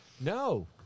No